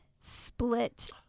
split